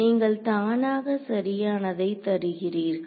நீங்கள் தானாக சரியானதை தருகிறீர்கள்